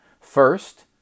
First